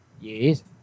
Yes